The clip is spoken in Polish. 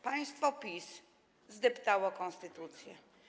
Państwo PiS zdeptało konstytucję.